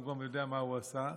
הוא גם יודע מה הוא עשה.